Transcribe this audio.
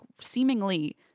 seemingly